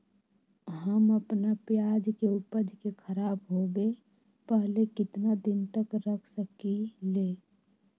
हम अपना प्याज के ऊपज के खराब होबे पहले कितना दिन तक रख सकीं ले?